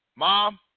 Mom